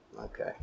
Okay